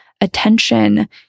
attention